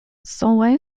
solway